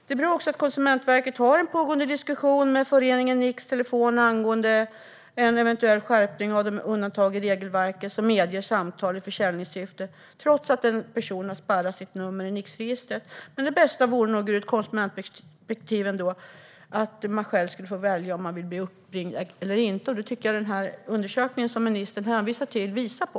Det är bra också att Konsumentverket har en pågående diskussion med Föreningen Nix-Telefon angående en eventuell skärpning av de undantag i regelverket som medger samtal i försäljningssyfte, trots att en person har spärrat sitt nummer i Nixregistret. Men det bästa vore nog ur ett konsumentperspektiv ändå att själv få välja om man vill bli uppringd eller inte, och det tycker jag att den undersökning som ministern hänvisar till visar på.